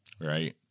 right